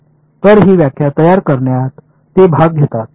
तर ही व्याख्या तयार करण्यात ते भाग घेतात